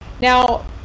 now